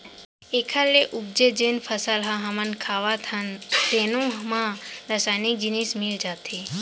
एखर ले उपजे जेन फसल ल हमन खावत हन तेनो म रसइनिक जिनिस मिल जाथे